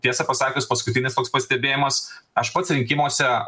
tiesą pasakius paskutinis toks pastebėjimas aš pats rinkimuose